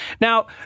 Now